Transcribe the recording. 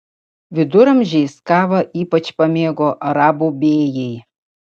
viduramžiais kavą ypač pamėgo arabų bėjai